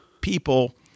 people